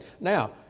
Now